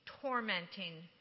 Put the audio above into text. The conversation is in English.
tormenting